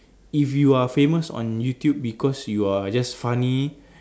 if you are famous on YouTube because you are just funny